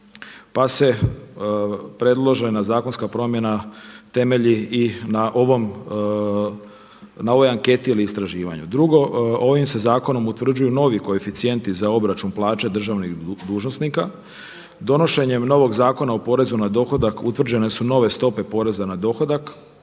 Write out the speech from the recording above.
pa se predložena zakonska promjena temelji i na ovoj anketi ili istraživanju. Drugo, ovim se zakonom utvrđuju novi koeficijenti za obračun plaća državnih dužnosnika. Donošenjem novog Zakona o porezu na dohodak utvrđene su nove stope poreza na dohodak